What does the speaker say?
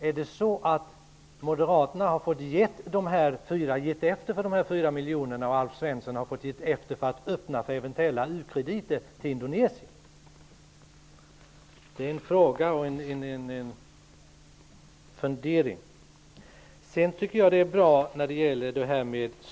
Är det så att moderaterna har fått ge efter för dessa 400 miljoner och Alf Svensson har fått ge efter för eventuella U-krediter till Indonesien?